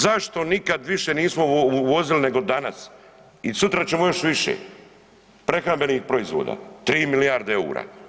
Zašto nikad više nismo uvozili nego danas i sutra ćemo još više prehrambenih proizvoda 3 milijarde EUR-a?